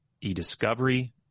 e-discovery